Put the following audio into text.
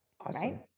Awesome